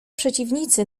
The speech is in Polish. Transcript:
przeciwnicy